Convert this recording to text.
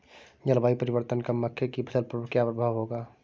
जलवायु परिवर्तन का मक्के की फसल पर क्या प्रभाव होगा?